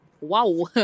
Wow